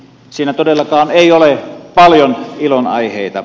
siinä todellakaan ei ole paljon ilonaiheita